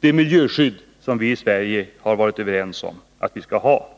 det miljöskydd som vi i Sverige har varit överens om att vi skall ha.